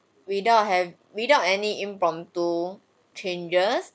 without have without any impromptu changes